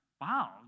wow